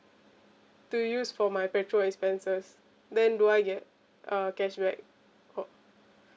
to use for my petrol expenses then do I get uh cashback or